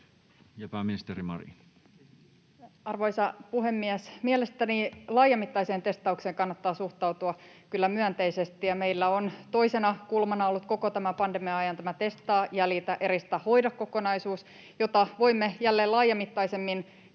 Content: Arvoisa puhemies! Mielestäni laajamittaiseen testaukseen kannattaa suhtautua kyllä myönteisesti. Meillä on toisena kulmana ollut koko tämän pandemian ajan tämä testaa, jäljitä, eristä, hoida ‑kokonaisuus, jota voimme jälleen laajamittaisemmin